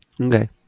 Okay